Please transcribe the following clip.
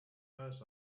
eyes